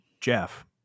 Jeff